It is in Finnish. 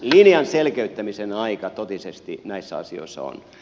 linjan selkeyttämisen aika totisesti näissä asioissa on